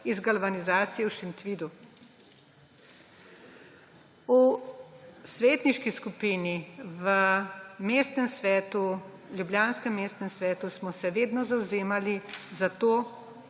iz galvanizacije v Šentvidu. V svetniški skupini v ljubljanskem mestnem svetu smo se vedno zavzemali za to,